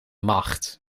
macht